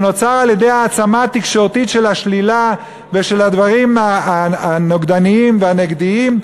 שנוצר על-ידי העצמה תקשורתית של השלילה ושל הדברים הנוגדניים והנגדיים.